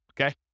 Okay